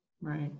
right